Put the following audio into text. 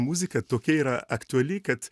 muzika tokia yra aktuali kad